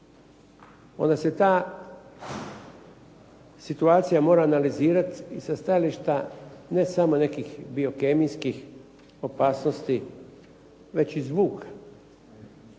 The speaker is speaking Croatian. onda se ta situacija mora analizirati i sa stajališta ne samo nekih biokemijskih opasnosti već i zvuka.